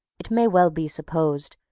it may well be supposed,